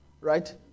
right